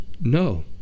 No